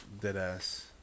Deadass